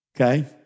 Okay